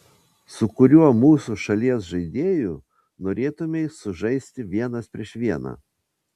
su kuriuo mūsų šalies žaidėju norėtumei sužaisti vienas prieš vieną